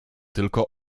tylko